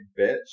bitch